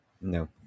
No